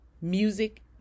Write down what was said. music